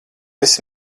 esi